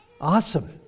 Awesome